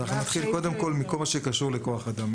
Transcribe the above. נתחיל מכל מה שקשור לכוח אדם.